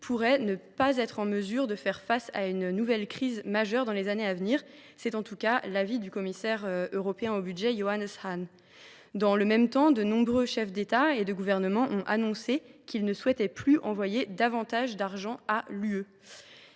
pourrait ne pas être en mesure de faire face à une nouvelle crise majeure dans les années à venir »– c’est en tout cas l’avis du commissaire européen au budget, Johannes Hahn. Dans le même temps, de nombreux chefs d’États et de gouvernement ont annoncé qu’ils ne souhaitaient plus « envoyer davantage d’argent à l’Union